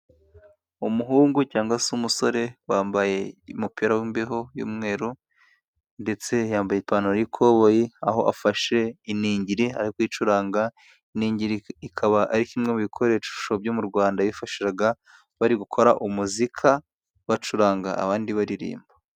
Umuhungu cyangwa se umusore wambaye umupira w'imbeho y'umweru ndetse yambaye ipantaro y'ikoboyi, aho afashe iningiri ari gucuranga, iningiri akaba ari kimwe mu bikoresho byo mu Rwanda bifashishaga bari gukora umuzika bacuranga abandi baririmba.